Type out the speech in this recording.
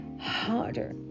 harder